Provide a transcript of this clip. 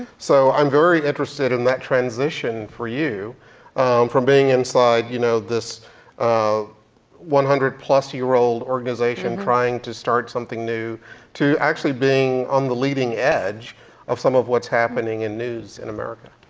so i'm very interested in that transition for you from being inside you know this one hundred plus year old organization trying to start something new to actually being on the leading edge of some of what's happening in news in america.